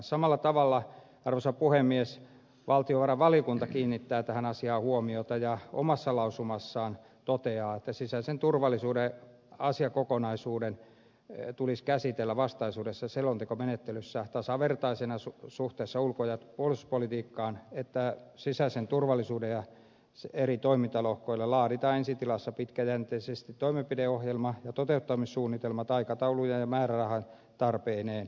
samalla tavalla arvoisa puhemies valtiovarainvaliokunta kiinnittää tähän asiaan huomiota ja omassa lausumassaan toteaa että sisäisen turvallisuuden asiakokonaisuus tulisi käsitellä vastaisuudessa selontekomenettelyssä tasavertaisena suhteessa ulko ja puolustuspolitiikkaan ja että sisäisen turvallisuuden eri toimintalohkoille laaditaan ensi tilassa pitkäjänteisesti toimenpideohjelma ja toteuttamissuunnitelmat aikatauluineen ja määrärahatarpeineen